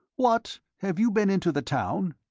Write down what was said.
what, have you been into the town?